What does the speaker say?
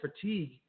fatigue